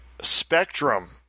Spectrum